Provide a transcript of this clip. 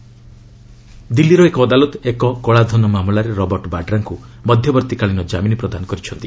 Vadra bail ଦିଲ୍ଲୀର ଏକ ଅଦାଲତ୍ ଏକ କଳାଧନ ମାମଲାରେ ରବର୍ଟ ବାଡ୍ରାଙ୍କୁ ମଧ୍ୟବର୍ତ୍ତିକାଳୀନ କାମିନ ପ୍ରଦାନ କରିଛନ୍ତି